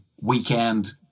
weekend